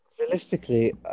realistically